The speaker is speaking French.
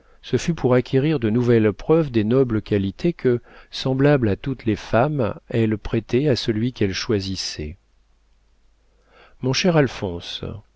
ce fut pour acquérir de nouvelles preuves des nobles qualités que semblable à toutes les femmes elle prêtait à celui qu'elle choisissait mon cher alphonse